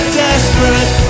desperate